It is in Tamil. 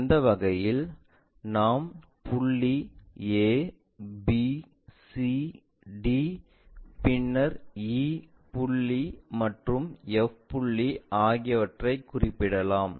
அந்த வகையில் நாம் புள்ளி a b c d பின்னர் e புள்ளி மற்றும் f புள்ளி ஆகியவற்றைக் குறிப்பிடலாம்